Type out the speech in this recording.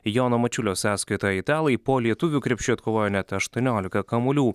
jono mačiulio sąskaitoje italai po lietuvių krepšiu atkovojo net aštuoniolika kamuolių